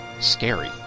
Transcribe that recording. Scary